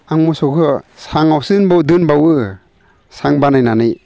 आं मोसौखो साङावसो दोनबावो सां बानायनानै